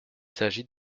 s’agit